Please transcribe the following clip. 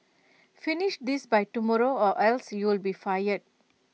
finish this by tomorrow or else you'll be fired